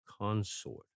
consort